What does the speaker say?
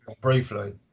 briefly